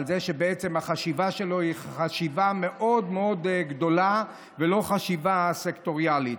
על כך שהחשיבה שלו היא מאוד מאוד גדולה ולא חשיבה סקטוריאלית.